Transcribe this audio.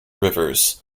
rivers